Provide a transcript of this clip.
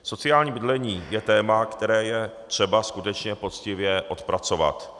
Sociální bydlení je téma, které je třeba skutečně poctivě odpracovat.